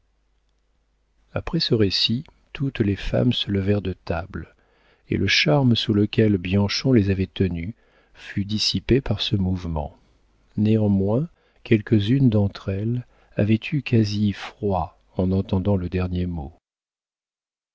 après ce récit toutes les femmes se levèrent de table et le charme sous lequel bianchon les avait tenues fut dissipé par ce mouvement néanmoins quelques unes d'entre elles avaient eu quasi froid en entendant le dernier mot